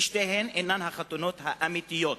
ושתיהן אינן החתונות האמיתיות.